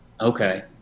Okay